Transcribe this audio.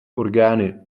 orgány